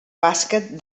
bàsquet